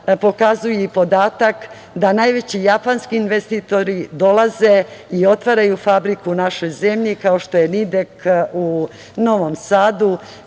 pokazuje i podataka da najveći japanski investitori dolaze i otvaraju fabriku u našoj zemlji kao što je „Nidek“ u Novom Sadu,